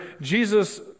Jesus